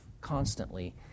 constantly